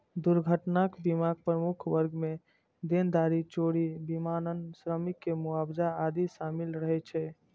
दुर्घटना बीमाक प्रमुख वर्ग मे देनदारी, चोरी, विमानन, श्रमिक के मुआवजा आदि शामिल रहै छै